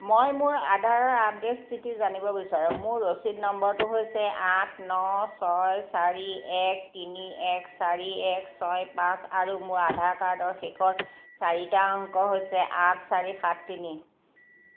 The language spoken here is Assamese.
মই মোৰ আধাৰৰ আপডেট স্থিতি জানিব বিচাৰোঁ মোৰ ৰচিদ নম্বৰটো হৈছে আঠ ন ছয় চাৰি এক তিনি এক চাৰি এক ছয় পাঁচ আৰু মোৰ আধাৰ কাৰ্ডৰ শেষৰ চাৰিটা অংক হৈছে আঠ চাৰি সাত তিনি